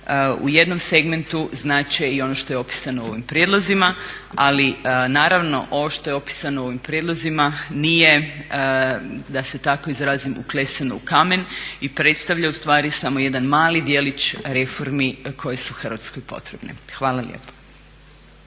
u jednom segmentu znače i ono što je opisano u ovim prijedlozima ali naravno ovo što je opisano u ovim prijedlozima nije da se tako izrazim uklesano u kamen i predstavlja ustvari samo jedan mali djelić reformi koje su Hrvatskoj potrebne. Hvala lijepo.